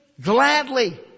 gladly